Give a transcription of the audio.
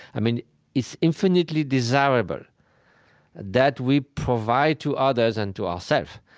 i mean it's infinitely desirable that we provide to others, and to ourselves,